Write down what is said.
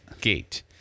Gate